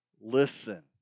Listen